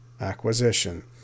acquisition